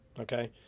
Okay